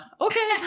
Okay